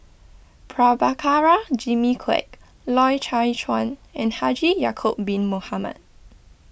Prabhakara Jimmy Quek Loy Chye Chuan and Haji Ya'Acob Bin Mohamed